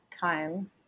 time